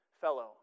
fellow